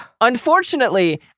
Unfortunately